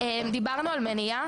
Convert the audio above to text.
דיברנו על מניעה.